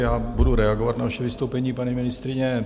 Já budu reagovat na vaše vystoupení, paní ministryně.